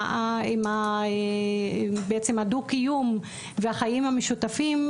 בעצם הדו-קיום והחיים המשותפים,